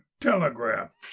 telegraph